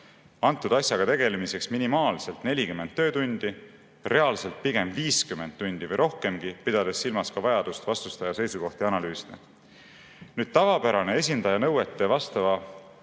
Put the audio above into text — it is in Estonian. antud asjaga tegelemiseks minimaalselt 40 töötundi, reaalselt pigem 50 tundi või rohkemgi, pidades silmas ka vajadust vastustaja seisukohti analüüsida. Tavapärane esindaja nõuetele vastava